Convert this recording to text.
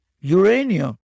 Uranium